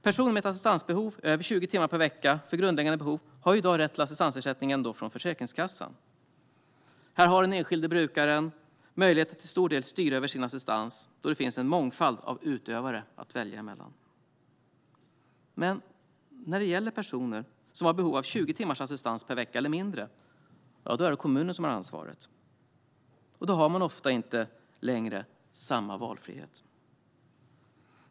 Personer med ett assistansbehov över 20 timmar per vecka för grundläggande behov har i dag rätt till assistansersättning från Försäkringskassan. Här har den enskilda brukaren möjlighet att till stor del styra över sin assistans, då det finns en mångfald av utförare att välja mellan. Men när det gäller personer som har behov av 20 timmars assistans per vecka eller mindre är det kommunen som har ansvaret. Då har man ofta inte längre samma valfrihet.